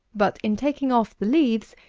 but, in taking off the leaves,